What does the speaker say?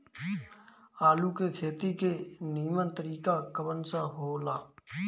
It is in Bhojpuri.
आलू के खेती के नीमन तरीका कवन सा हो ला?